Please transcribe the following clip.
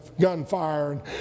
gunfire